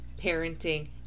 parenting